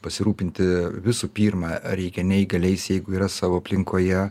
pasirūpinti visų pirma reikia neįgaliais jeigu yra savo aplinkoje